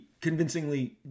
convincingly